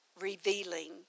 Revealing